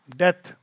death